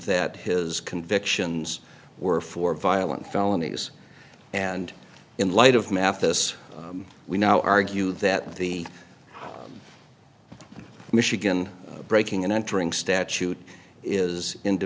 that his convictions were for violent felonies and in light of mathis we now argue that the michigan breaking and entering statute is in